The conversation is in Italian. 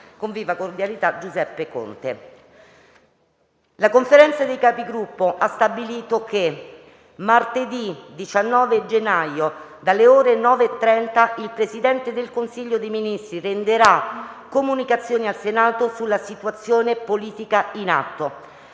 una nuova finestra"). La Conferenza dei Capigruppo ha stabilito che martedì 19 gennaio, alle ore 9,30, il Presidente del Consiglio dei ministri renderà comunicazioni al Senato sulla situazione politica in atto.